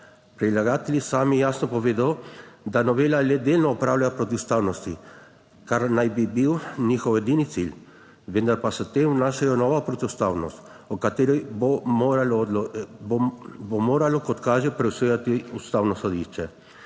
Predlagatelji so sami jasno povedali, da novela le delno odpravlja protiustavnosti, kar naj bi bil njihov edini cilj, vendar pa s tem vnašajo novo protiustavnost, o kateri bo moralo, kot kaže, presojati Ustavno sodišče.